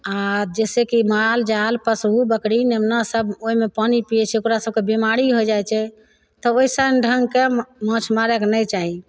आओर जइसेकि माल जाल पशु बकरी नेमना सभ ओहिमे पानी पिए छै ओकरा सभके बेमारी होइ जाइ छै तब ओइसन ढङ्गके माछ मारैके नहि चाही